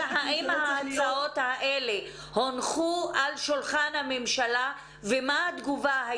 האם ההצעות האלה הונחו על שולחן הממשלה ומה היתה התגובה?